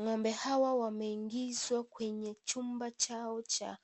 Ng'ombe hawa wameingizwa kwenye chumba chao cha